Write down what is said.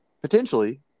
potentially